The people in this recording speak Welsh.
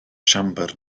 siambr